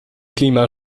klima